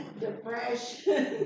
depression